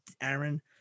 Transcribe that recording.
Aaron